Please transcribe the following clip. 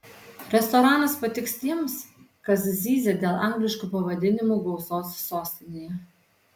restoranas patiks tiems kas zyzia dėl angliškų pavadinimų gausos sostinėje